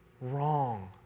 wrong